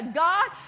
god